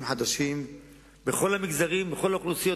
חדשים בכל המגזרים ובכל האוכלוסיות,